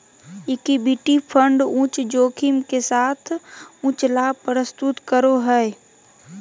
equity fund उच्च जोखिम के साथ उच्च लाभ प्रस्तुत करो हइ